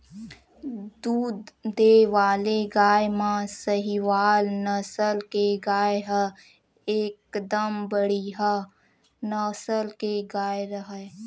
दूद देय वाले गाय म सहीवाल नसल के गाय ह एकदम बड़िहा नसल के गाय हरय